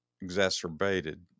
Exacerbated